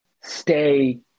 stay